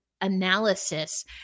analysis